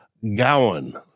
gowan